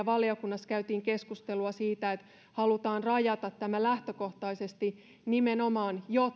valiokunnassa keskustelua siitä että halutaan rajata tämä lähtökohtaisesti nimenomaan jo